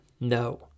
no